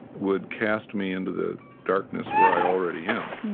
would cast me into the darkness where i already am.